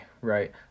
right